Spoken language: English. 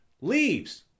leaves